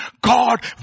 God